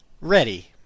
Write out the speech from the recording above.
ready